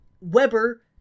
Weber